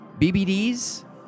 BBDs